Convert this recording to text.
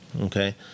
okay